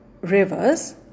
rivers